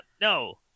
No